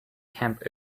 camp